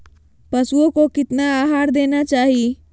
पशुओं को कितना आहार देना चाहि?